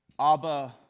Abba